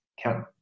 count